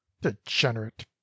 Degenerate